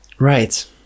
Right